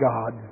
God